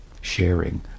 sharing